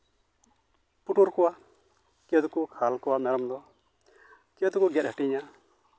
ᱯᱩᱴᱩᱨ ᱠᱚᱣᱟ ᱠᱮᱣ ᱫᱚᱠᱚ ᱠᱷᱟᱞ ᱠᱚᱣᱟ ᱢᱮᱨᱚᱢ ᱫᱚ ᱠᱮᱣ ᱫᱚᱠᱚ ᱜᱮᱛ ᱦᱟᱹᱴᱤᱧᱟ